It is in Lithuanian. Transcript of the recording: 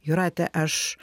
jūrate aš